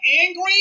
angry